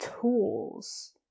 tools